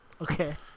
Okay